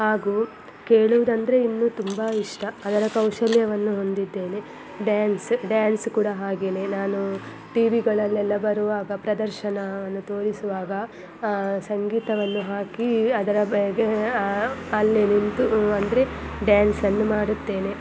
ಹಾಗೂ ಕೇಳುವುದಂದರೆ ಇನ್ನೂ ತುಂಬ ಇಷ್ಟ ಅದರ ಕೌಶಲ್ಯವನ್ನು ಹೊಂದಿದ್ದೇನೆ ಡ್ಯಾನ್ಸ್ ಡ್ಯಾನ್ಸ್ ಕೂಡ ಹಾಗೆಯೇ ನಾನು ಟಿ ವಿಗಳಲ್ಲೆಲ್ಲ ಬರುವಾಗ ಪ್ರದರ್ಶನವನ್ನು ತೋರಿಸುವಾಗ ಸಂಗೀತವನ್ನು ಹಾಕಿ ಅದರ ಅಲ್ಲೇ ನಿಂತು ಅಂದರೆ ಡ್ಯಾನ್ಸನ್ನು ಮಾಡುತ್ತೇನೆ